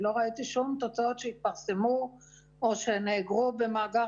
אני לא ראיתי שום תוצאות שהתפרסמו או שנאגרו במאגר